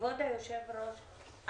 כבוד היושב-ראש,